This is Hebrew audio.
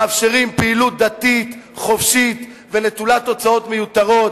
מאפשרים פעילות דתית חופשית ונטולת הוצאות מיותרות.